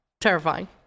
terrifying